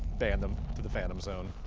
ban them to the phandom zone.